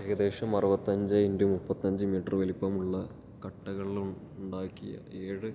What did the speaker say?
ഏകദേശം അറുപത്തിയഞ്ച് ഇൻറ്റു മുപ്പത്തഞ്ച് മീറ്റർ വലിപ്പമുള്ള കട്ടകളുണ്ടാക്കിയ ഏഴ്